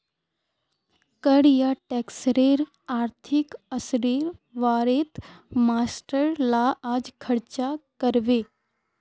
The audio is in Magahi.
कर या टैक्सेर आर्थिक असरेर बारेत मास्टर ला आज चर्चा करबे